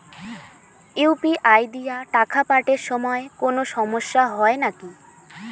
UPI দিয়া টাকা পাঠের সময় কোনো সমস্যা হয় নাকি?